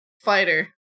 Fighter